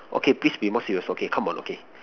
okay please be more serious okay come on okay